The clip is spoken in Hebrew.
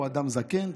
הוא אדם זקן.